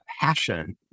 passion